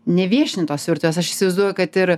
neviešini tos virtuvės aš įsivaizduoju kad ir